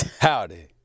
Howdy